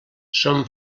som